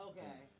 Okay